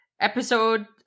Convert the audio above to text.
episode